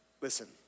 Listen